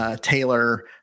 Taylor